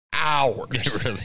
hours